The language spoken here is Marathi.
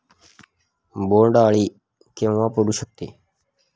बोंड अळी केव्हा पडू शकते?